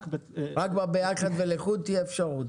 רק בחשבון ביחד ולחוד תהיה אפשרות.